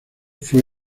fue